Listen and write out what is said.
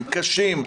קשים,